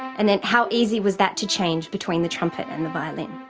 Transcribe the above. and then how easy was that to change between the trumpet and the violin.